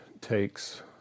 takes